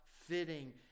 fitting